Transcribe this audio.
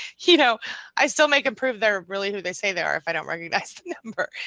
you know i still make em prove they're really who they say they are if i don't recognize the number,